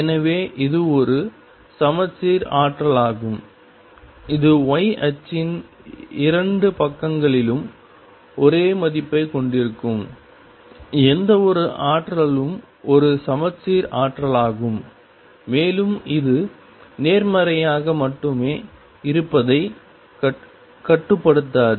எனவே இது ஒரு சமச்சீர் ஆற்றலாகும் இது y அச்சின் இரண்டு பக்கங்களிலும் ஒரே மதிப்பைக் கொண்டிருக்கும் எந்தவொரு ஆற்றலும் ஒரு சமச்சீர் ஆற்றலாகும் மேலும் இது நேர்மறையாக மட்டுமே இருப்பதைக் கட்டுப்படுத்தாது